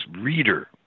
reader